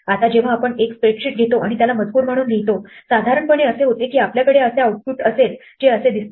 आता जेव्हा आपण एक स्प्रेडशीट घेतो आणि त्याला मजकूर म्हणून लिहितो साधारणपणे असे होते की आपल्याकडे असे आउटपुट असेल जे असे दिसते